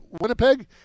Winnipeg